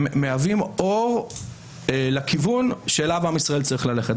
הם מהווים אור לכיוון שאליו עם ישראל צריך ללכת.